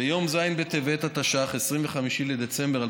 ביום ז' בטבת התשע"ח, 25 בדצמבר 2017,